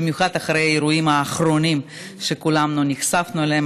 במיוחד אחרי האירועים האחרונים שכולנו נחשפנו אליהם